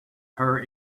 her